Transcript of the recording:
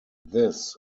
this